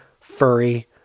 furry